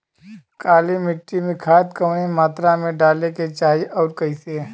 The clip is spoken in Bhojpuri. काली मिट्टी में खाद कवने मात्रा में डाले के चाही अउर कइसे?